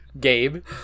Gabe